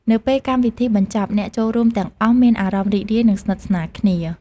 នៅពេលកម្មវិធីបញ្ចប់ អ្នកចូលរួមទាំងអស់មានអារម្មណ៍រីករាយ និងស្និទស្នាលគ្នា។